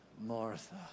Martha